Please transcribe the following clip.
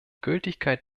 gültigkeit